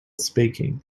speaking